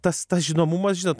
tas tas žinomumas žinot